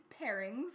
pairings